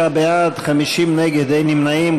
49 בעד, 50 נגד, אין נמנעים.